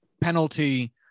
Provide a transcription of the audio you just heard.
penalty